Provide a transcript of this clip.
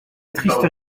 triste